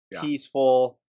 peaceful